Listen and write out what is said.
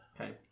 Okay